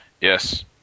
Yes